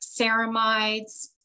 ceramides